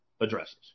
addresses